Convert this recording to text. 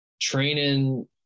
training